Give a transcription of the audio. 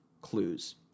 clues